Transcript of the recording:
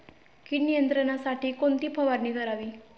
कीड नियंत्रणासाठी कोणती फवारणी करावी?